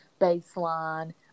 baseline